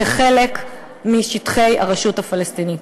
חלק משטחי הרשות הפלסטינית.